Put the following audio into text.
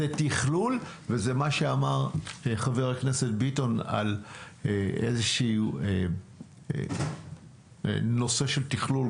זה תכלול וזה מה שאמר חבר הכנסת ביטון על איזשהו נושא של תכלול,